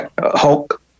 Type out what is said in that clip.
Hulk